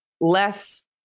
less